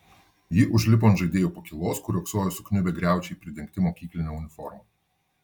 ji užlipo ant žaidėjų pakylos kur riogsojo sukniubę griaučiai pridengti mokykline uniforma